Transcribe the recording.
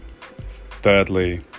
Thirdly